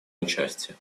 участие